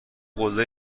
قله